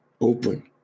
open